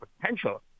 potential